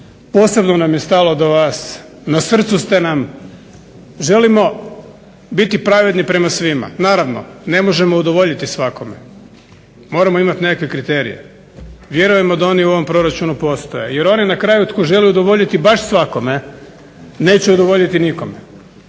posebno nam je stalo do vas, na srcu ste nam. Želimo biti pravedni prema svima. Naravno ne možemo udovoljiti svakome, moramo imati nekakve kriterije. Vjerujem da oni u ovom proračunu postoje. Jer onaj na kraju tko želi udovoljiti baš svakome neće udovoljiti nikome,